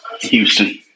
Houston